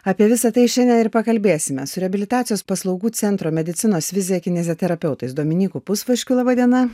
apie visa tai šiandien ir pakalbėsime su reabilitacijos paslaugų centro medicinos vizija kineziterapeutais dominyku pusvaškiu laba diena